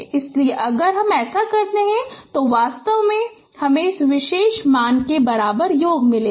इसलिए अगर हम ऐसा करते हैं तो वास्तव में हमें इस विशेष मान के बराबर योग मिलेगा